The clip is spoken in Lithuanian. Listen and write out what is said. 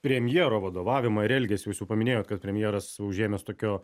premjero vadovavimą ir elgesį jūs jau paminėjot kad premjeras užėmęs tokio